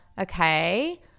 okay